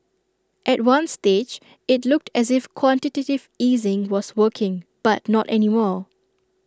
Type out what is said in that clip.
at one stage IT looked as if quantitative easing was working but not any more